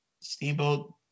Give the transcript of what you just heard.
Steamboat